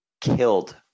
killed